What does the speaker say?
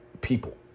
people